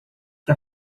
que